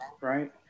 right